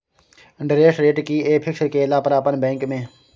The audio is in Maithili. इंटेरेस्ट रेट कि ये फिक्स केला पर अपन बैंक में?